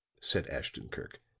said ashton-kirk.